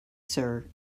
sir